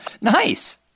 Nice